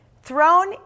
Thrown